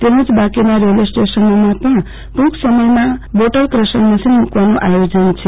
તેમજ બાકીના રેલ્વે સ્ટેશનોમાં પણ ટુંક સમયમાં બોટલ ક્રશર મશીન મુકવાનું આયોજન છે